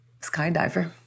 skydiver